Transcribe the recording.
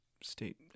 state